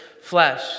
flesh